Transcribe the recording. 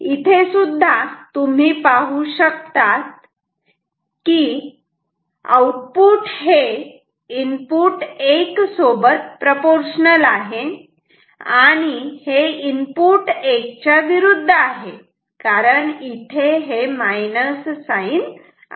इथे सुद्धा तुम्ही पाहू शकतात की आउटपुट हे इनपुट 1 सोबत प्रोपोर्शनल आहे आणि हे इनपुट 1 च्या विरुद्ध आहे कारण इथे हे मायनस साईन आहे